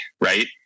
Right